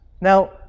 Now